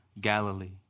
Galilee